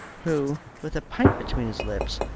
who, with a pipe between his lips,